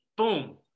boom